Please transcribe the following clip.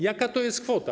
Jaka to jest kwota?